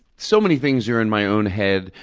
so many things are in my own head,